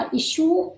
issue